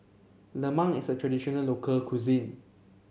Lemang is a traditional local cuisine